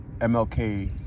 MLK